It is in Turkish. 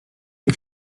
ilk